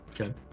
Okay